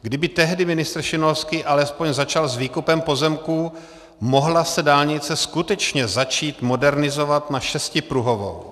Kdyby tehdy ministr Šimonovský alespoň začal s výkupem pozemků, mohla se dálnice skutečně začít modernizovat na šestipruhovou.